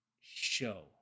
show